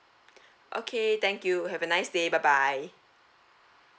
okay thank you have a nice day bye bye